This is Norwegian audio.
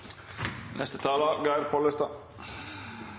Neste taler